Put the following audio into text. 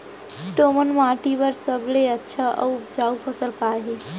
दोमट माटी बर सबले अच्छा अऊ उपजाऊ फसल का हे?